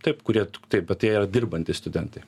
taip kurie taip bet tai yra dirbantys studentai